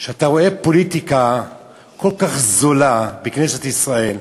שאתה רואה פוליטיקה כל כך זולה בכנסת ישראל.